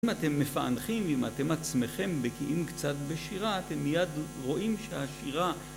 אם אתם מפענחים, אם אתם עצמכם בקיאים קצת בשירה, אתם מיד רואים שהשירה